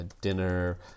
dinner